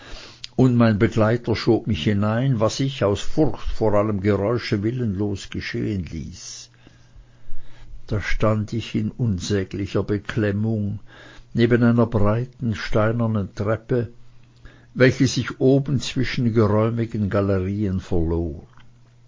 und mein begleiter schob mich hinein was ich aus furcht vor allem geräusche willenlos geschehen ließ da stand ich in unsäglicher beklemmung neben einer breiten steinernen treppe welche sich oben zwischen geräumigen galerien verlor